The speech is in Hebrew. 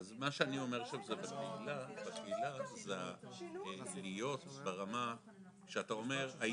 וכן בחינה מחודשת של החלטות אלה, כאמור בפרק ה'.